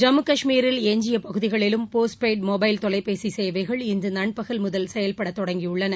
ஜம்மு காஷ்மீரில் எஞ்சிய பகுதிகளிலும் போஸ்ட் பெய்டு மொபைல் தொலைபேசி சேவைகள் இன்று நண்பகல் முதல் செயல்படத் தொடங்கியுள்ளன